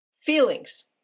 feelings